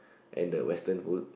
and the western food